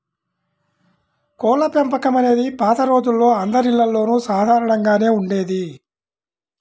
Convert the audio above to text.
కోళ్ళపెంపకం అనేది పాత రోజుల్లో అందరిల్లల్లోనూ సాధారణంగానే ఉండేది